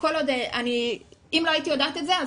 אם לא הייתי יודעת את זה,